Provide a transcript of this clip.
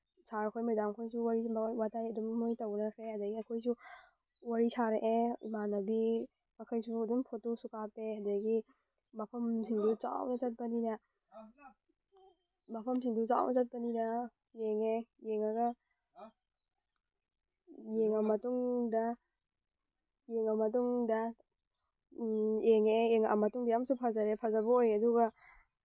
ꯁꯥꯔ ꯈꯣꯏ ꯃꯦꯗꯥꯝ ꯈꯣꯏꯁꯨ ꯋꯥꯔꯤ ꯋꯥꯇꯥꯏ ꯑꯗꯨꯝ ꯃꯣꯏ ꯇꯧꯅꯈ꯭ꯔꯦ ꯑꯗꯒꯤ ꯑꯩꯈꯣꯏꯁꯨ ꯋꯥꯔꯤ ꯁꯥꯔꯛꯑꯦ ꯏꯃꯥꯟꯅꯕꯤ ꯃꯈꯩꯁꯨ ꯑꯗꯨꯝ ꯐꯣꯇꯣꯁꯨ ꯀꯥꯞꯄꯦ ꯑꯗꯒꯤ ꯃꯐꯝꯁꯤꯡꯗꯨ ꯆꯥꯎꯅ ꯆꯠꯄꯅꯤꯅ ꯃꯐꯝꯁꯤꯡꯗꯨ ꯆꯥꯎꯅ ꯆꯠꯄꯅꯤꯅ ꯌꯦꯡꯉꯦ ꯌꯦꯡꯉꯒ ꯌꯦꯡꯉ ꯃꯇꯨꯡꯗ ꯌꯦꯡꯉ ꯃꯇꯨꯡꯗ ꯌꯦꯡꯉꯛꯑꯦ ꯌꯦꯡꯉꯛꯑ ꯃꯇꯨꯡꯗ ꯌꯥꯝꯅꯁꯨ ꯐꯖꯔꯦ ꯐꯖꯕ ꯑꯣꯏ ꯑꯗꯨꯒ